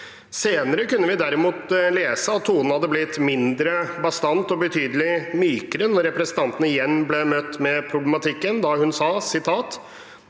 Senere kunne vi derimot lese at tonen hadde blitt mindre bastant og betydelig mykere da representanten igjen ble møtt med problematikken, og hun sa: